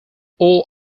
all